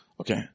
Okay